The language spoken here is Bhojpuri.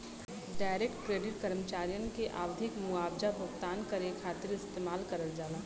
डायरेक्ट क्रेडिट कर्मचारियन के आवधिक मुआवजा भुगतान करे खातिर इस्तेमाल करल जाला